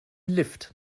lift